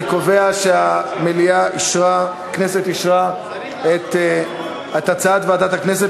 אני קובע שהכנסת אישרה את הצעת ועדת הכנסת